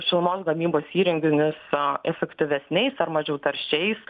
šilumos gamybos įrenginius efektyvesniais ar mažiau taršiais